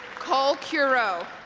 cole cureau